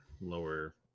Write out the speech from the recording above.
lower